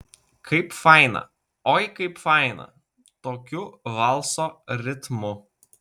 kaip faina oi kaip faina tokiu valso ritmu